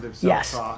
yes